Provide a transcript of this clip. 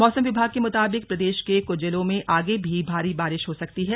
मौसम विभाग के मुताबिक प्रदेश के कुछ जिलों में आगे भी भारी बारिश हो सकती है